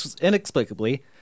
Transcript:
inexplicably